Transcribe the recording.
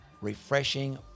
refreshing